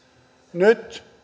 nyt